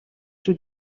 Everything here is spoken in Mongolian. шүү